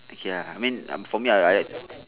okay lah I mean for me I I